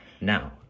now